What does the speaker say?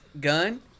gun